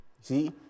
See